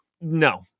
No